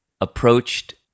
approached